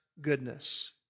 goodness